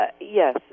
Yes